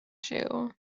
jew